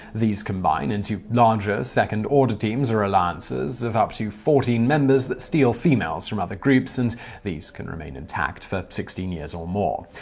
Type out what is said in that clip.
these combine into larger, second-order teams or alliances of up to fourteen members that steal females from other groups, and these can remain intact for sixteen years or more.